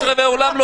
3/4 עולם לא